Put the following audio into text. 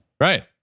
Right